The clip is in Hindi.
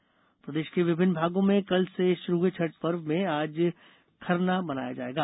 छठ पूजा प्रदेश के विभिन्न भागों में कल से शुरू हुए छठ पर्व में आज खरना मनाया जाएगा